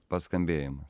pats skambėjimas